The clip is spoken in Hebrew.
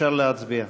אפשר להצביע.